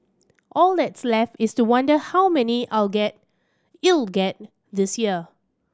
all that's left is to wonder how many our get it'll get this year